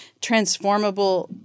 transformable